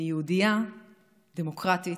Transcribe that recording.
אני יהודייה, דמוקרטית,